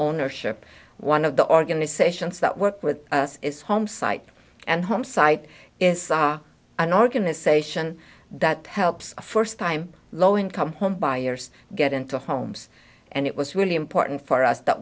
ownership one of the organizations that work with us is home site and home site is an organization that helps first time low income home buyers get into homes and it was really important for us that